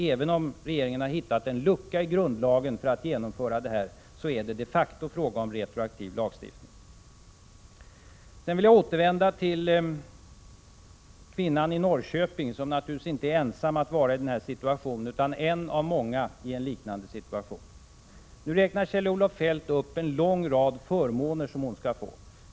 Även om regeringen hittat en lucka i grundlagen för att genomföra detta förslag, innebär det de facto retroaktiv lagstiftning. Jag vill återvända till kvinnan i Norrköping. Hon är naturligtvis inte ensam i denna situation, utan en av många. Kjell-Olof Feldt räknar upp en lång rad förmåner hon skall få.